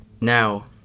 Now